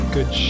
Good